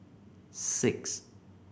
six